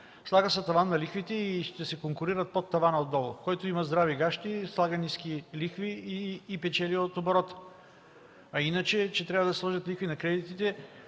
Слага се таван на лихвите и ще се конкурират под тавана отдолу. Който има здрави гащи, слага ниски лихви и печели от оборота, а иначе, че трябва да се сложат лихви на кредитите...